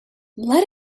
let